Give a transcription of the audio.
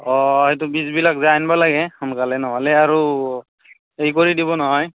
অ' এইটো বীজবিলাক যাই আনিব লাগে সোনকালে নহ'লে আৰু এই কৰি দিব নহয়